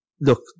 Look